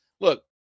Look